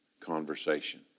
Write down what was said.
conversation